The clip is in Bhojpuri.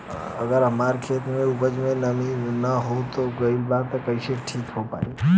अगर हमार खेत में उपज में नमी न हो गइल बा त कइसे ठीक हो पाई?